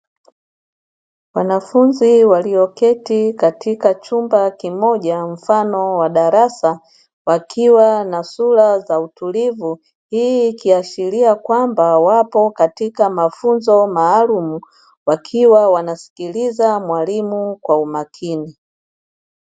Wanafunzi walioketi katika chumba kimoja mfano wa darasa wakiwa na sura za utulivu, hii ikiashiria kwamba wapo katika mafunzo maalumu wakiwa wanamsikiliza mwalimu kwa makini.